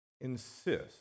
insist